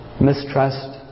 mistrust